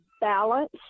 balance